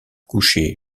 coucher